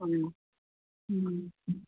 ꯑꯪ ꯎꯝ